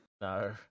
No